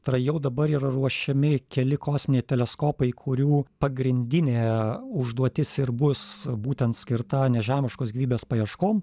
tai yra jau dabar yra ruošiami keli kosminiai teleskopai kurių pagrindinė užduotis ir bus būtent skirta nežemiškos gyvybės paieškom